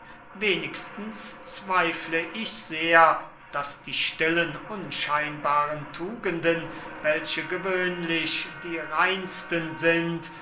wenigstens zweifle ich sehr daß die stillen unscheinbaren tugenden welche gewöhnlich die reinsten sind